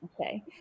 Okay